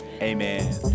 Amen